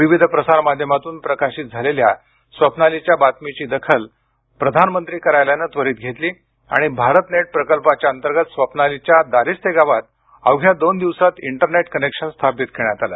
विविध प्रसार माध्यमातून प्रकाशित झालेल्या स्वप्नालीच्या बातमीची दखल प्रधानमंत्री कार्यालयानं त्वरित घेतली आणि भारत नेट प्रकल्पाच्या अंतर्गत स्वप्नालीच्या दारिस्ते गावात अवघ्या दोन दिवसात इंटरनेट कनेक्शन स्थापित करण्यात आलं